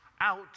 out